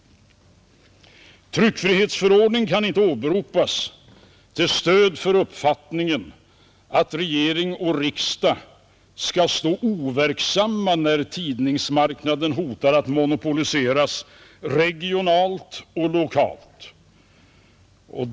Tryckfrihetsförordningen kan inte åberopas till stöd för uppfattningen att regering och riksdag skall stå overksamma när tidningsmarknaden hotar att monopoliseras regionalt och lokalt.